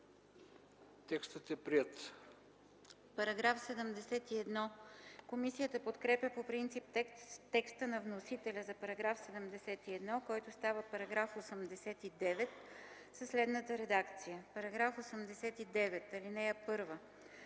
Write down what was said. Текстът е приет.